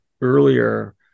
earlier